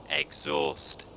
exhaust